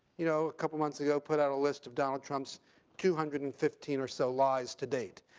you know a couple of months ago, put out a list of donald trump's two hundred and fifteen or so laws to date.